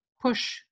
push